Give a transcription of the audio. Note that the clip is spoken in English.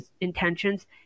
intentions